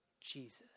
Jesus